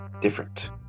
different